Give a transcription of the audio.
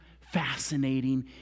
fascinating